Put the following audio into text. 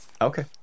Okay